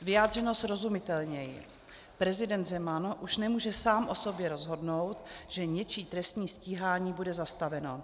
Vyjádřeno srozumitelněji, prezident Zeman už nemůže sám o sobě rozhodnout, že něčí trestní stíhání bude zastaveno.